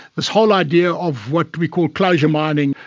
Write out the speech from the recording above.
this whole idea of what we call closure mining,